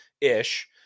ish